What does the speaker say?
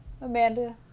amanda